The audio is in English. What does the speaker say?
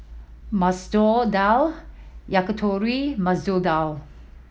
Masoor Dal Yakitori Masoor Dal